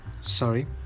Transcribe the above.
sorry